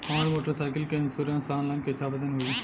हमार motorcycle के insurance online कईसे आवेदन होई?